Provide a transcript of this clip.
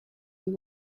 you